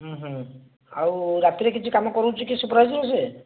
ହୁଁ ହୁଁ ଆଉ ରାତିରେ କିଛି କାମ କରାଉଛି କି ସୁପରଭାଇଜର୍ ସେ